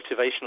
motivational